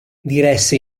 diresse